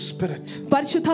Spirit